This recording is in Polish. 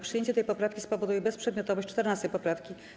Przyjęcie tej poprawki spowoduje bezprzedmiotowość 14. poprawki.